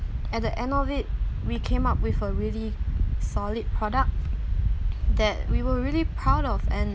at the end of it we came up with a really solid product that we were really proud of and